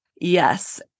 Yes